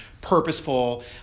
purposeful